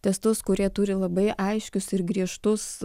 testus kurie turi labai aiškius ir griežtus